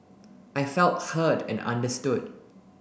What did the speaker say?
I felt heard and understood